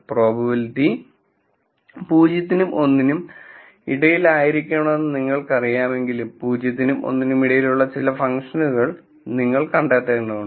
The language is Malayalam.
പ്രോബബിലിറ്റി 0 നും 1 നും ഇടയിലായിരിക്കണമെന്ന് നിങ്ങൾക്കറിയാമെങ്കിലും 0 നും 1 നും ഇടയിലുള്ള ചില ഫംഗ്ഷനുകൾ നിങ്ങൾ കണ്ടെത്തേണ്ടതുണ്ട്